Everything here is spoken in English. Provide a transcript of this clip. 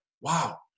wow